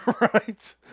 right